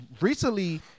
recently